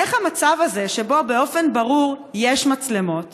איך המצב הזה שבו באופן ברור יש מצלמות